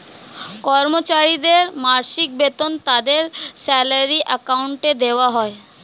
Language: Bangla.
কর্মচারীদের মাসিক বেতন তাদের স্যালারি অ্যাকাউন্টে দেওয়া হয়